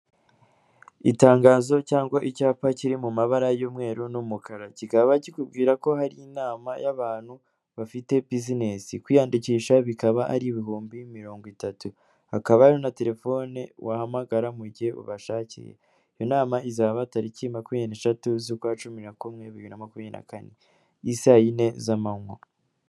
Itangazo cyangwa icyapa kiri mu mabara y'umweru n'umukara. Kikaba kikubwira ko hari inama y'abantu bafite buzinesi. Kwiyandikisha bikaba ari ibihumbi mirongo itatu. Hakaba hari na telefone wahamagara mu gihe ubashakiye. Iyo nama izaba tariki makumyabiri n'eshatu z'ukwa cumi na kumwe, bibiri na makumyabiri na kane, isa yine z'amanywa.